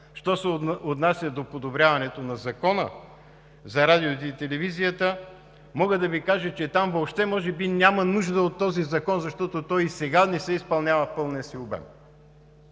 Що се отнася до подобряването на Закона за радиото и телевизията, мога да Ви кажа, че там въобще, може би, няма нужда от този закон, защото той и сега не се изпълнява в пълния си обем.